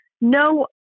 no